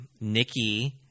Nikki